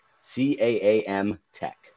C-A-A-M-TECH